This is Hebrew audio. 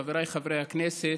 חבריי חברי הכנסת,